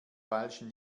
feilschen